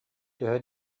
төһө